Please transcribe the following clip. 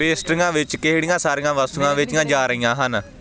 ਪੇਸਟਰੀਆਂ ਵਿੱਚ ਕਿਹੜੀਆਂ ਸਾਰੀਆਂ ਵਸਤੂਆਂ ਵੇਚੀਆਂ ਜਾ ਰਹੀਆਂ ਹਨ